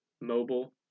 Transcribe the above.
mobile